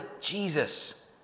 Jesus